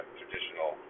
traditional